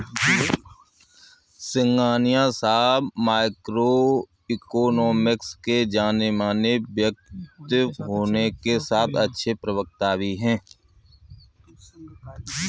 सिंघानिया साहब microeconomics के जानेमाने व्यक्तित्व होने के साथ अच्छे प्रवक्ता भी है